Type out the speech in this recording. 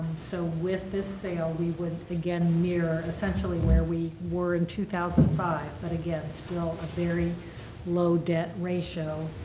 so with this sale we would again mirror essentially where we were in two thousand and five, but again, still a very low debt ratio.